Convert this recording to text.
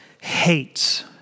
hates